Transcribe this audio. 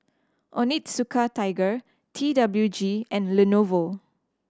Onitsuka Tiger T W G and Lenovo